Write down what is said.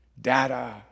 data